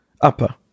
Upper